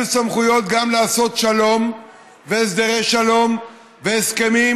סמכויות גם לעשות שלום והסדרי שלום והסכמים,